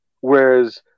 Whereas